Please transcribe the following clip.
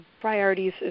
priorities